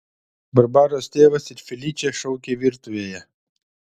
barbaros tėvas ir feličė šaukė virtuvėje